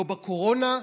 לא בקורונה,